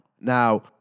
Now